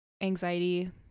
anxiety